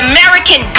American